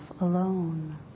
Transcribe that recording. alone